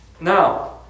Now